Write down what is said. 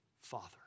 Father